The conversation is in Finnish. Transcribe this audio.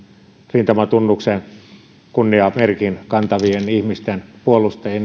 rintamatunnusta kunniamerkkiä kantavien ihmisten puolustajia